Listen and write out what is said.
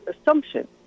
assumption